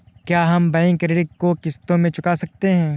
क्या हम बैंक ऋण को किश्तों में चुका सकते हैं?